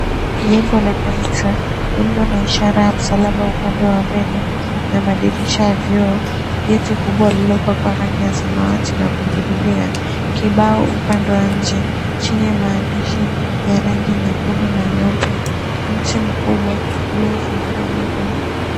Jengo la kanisa lililo na ishara ya msalaba upande wa mbele na madirisha ya vioo geti kubwa lililopakwa rangi ya samawati la kuingililia, kibao upande wa nje chini ya maandishi ya rangi nyekundu na nyeupe mti mkubwa iliyozingira jengo hilo.